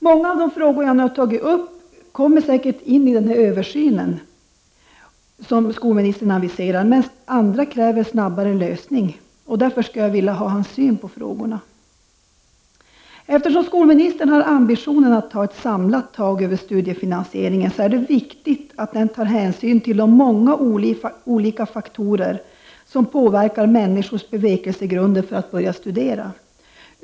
Många av de frågor jag nu har tagit upp kommer säkerligen att behandlas iden översyn skolministern aviserar, men andra kräver snabbare lösning. Jag skulle därför vilja ha hans syn på frågorna. Eftersom skolministern har ambitionen att ta ett samlat tag över studiefinansieringen, är det viktigt att denna tar hänsyn till de många olika faktorer som påverkar människors bevekelsegrunder för att börja studera.